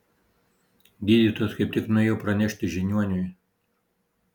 gydytojas kaip tik nuėjo pranešti žiniuoniui